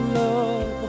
love